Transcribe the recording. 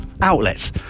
outlets